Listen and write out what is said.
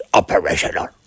operational